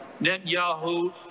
Netanyahu